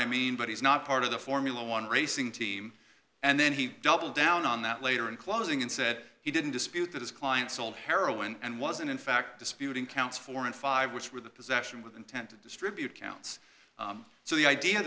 i mean but he's not part of the formula one racing team and then he doubled down on that later in closing and said he didn't dispute that his client sold heroin and wasn't in fact disputing counts four and five which were the possession with intent to distribute counts so the idea